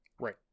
Right